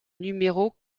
numéro